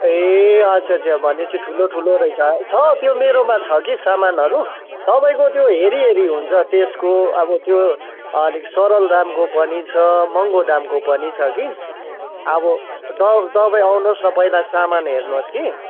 ए अच्छा अच्छा भने पछि ठुलो ठुलो रहेछ छ त्यो मेरोमा त्यो छ कि सामानहरू तपाईँको त्यो हेरी हेरी हुन्छ त्यसको अब त्यो अलिक सरल दामको पनि छ महँगो दामको पनि छ कि अब त तपाईँ आउनु होस् पहिला सामान हेर्नु होस् कि